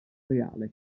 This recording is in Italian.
reale